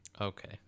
Okay